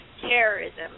terrorism